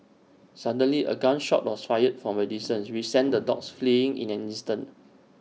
suddenly A gun shot was fired from A distance which sent the dogs fleeing in an instant